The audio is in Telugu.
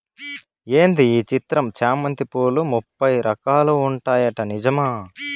ఏంది ఈ చిత్రం చామంతి పూలు ముప్పై రకాలు ఉంటాయట నిజమా